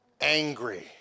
angry